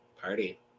Party